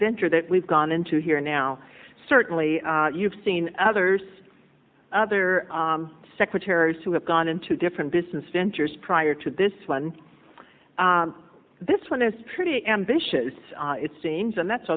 venture that we've gone into here now certainly you've seen others other secretaries who have gone into different business ventures prior to this one this one is pretty ambitious it seems and that's